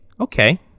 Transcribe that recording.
okay